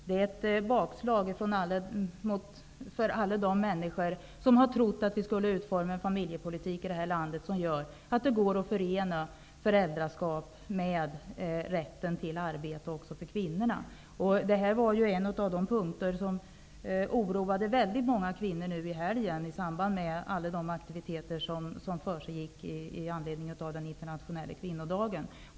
Det är ett bakslag för alla de människor som har trott att vi skulle utforma en familjepolitik i detta land som gör att det också för kvinnorna går att förena föräldraskap med rätten till arbete. Detta var en av de punkter som oroade väldigt många kvinnor nu i helgen i samband med alla de aktiviteter som försiggick i anledning av den internationella kvinnodagen.